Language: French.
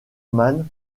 man